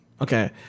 Okay